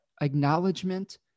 acknowledgement